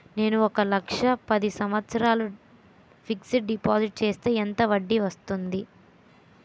నేను ఒక లక్ష పది సంవత్సారాలు ఫిక్సడ్ డిపాజిట్ చేస్తే ఎంత వడ్డీ వస్తుంది?